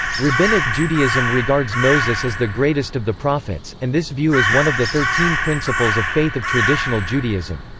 rabbinic judaism regards moses as the greatest of the prophets, and this view is one of the thirteen principles of faith of traditional judaism.